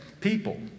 people